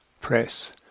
press